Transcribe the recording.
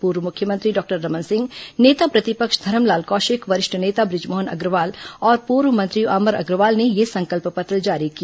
पूर्व मुख्यमंत्री डॉक्टर रमन सिंह नेता प्रतिपक्ष धरमलाल कौशिक वरिष्ठ नेता बृजमोहन अग्रवाल और पूर्व मंत्री अमर अग्रवाल ने यह संकल्प पत्र जारी किया